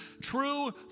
True